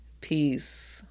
Peace